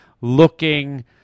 looking